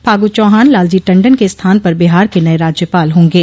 फागु चौहान लालजी टंडन के स्थान पर बिहार के नये राज्यपाल होंगे